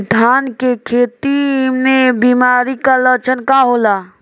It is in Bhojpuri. धान के खेती में बिमारी का लक्षण का होला?